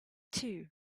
too